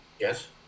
yes